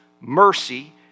mercy